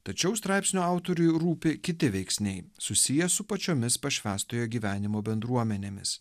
tačiau straipsnio autoriui rūpi kiti veiksniai susiję su pačiomis pašvęstojo gyvenimo bendruomenėmis